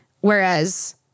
Whereas